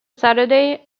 saturday